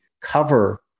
cover